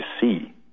see